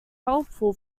helpful